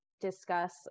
discuss